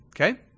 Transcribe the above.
Okay